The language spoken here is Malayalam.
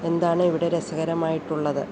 എന്താണ് ഇവിടെ രസകരമായിട്ടുള്ളത്